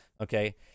okay